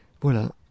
Voilà